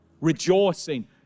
rejoicing